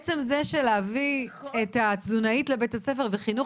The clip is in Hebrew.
להביא את התזונאית לבית הספר וחינוך